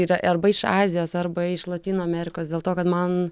yra arba iš azijos arba iš lotynų amerikos dėl to kad man